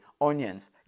onions